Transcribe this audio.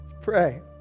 pray